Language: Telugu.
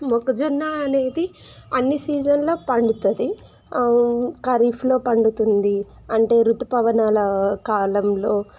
మొక్కజొన్న అనేది అన్నీ సీజన్లో పండుతుంది ఖరీఫ్లో పండుతుంది అంటే ఋతుపవనాల కాలంలో